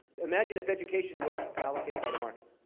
imagine if education was allocated by the market.